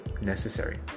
necessary